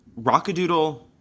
Rockadoodle